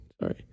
sorry